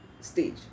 stage